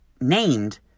named